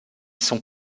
sont